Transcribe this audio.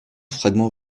fragments